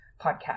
podcast